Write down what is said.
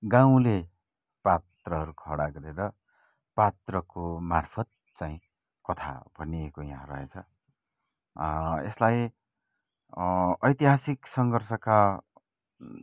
गाउँले पात्रहरू खडा गरेर पात्रको मार्फत् चाहिँ कथा बनिएको यहाँ रहेछ यसलाई ऐतिहासिक सङ्घर्षका